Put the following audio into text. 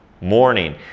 morning